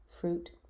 fruit